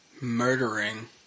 murdering